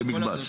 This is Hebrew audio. כמקבץ.